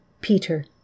Peter